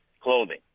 clothing